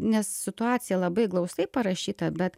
nes situacija labai glaustai parašyta bet